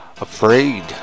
Afraid